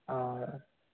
অঁ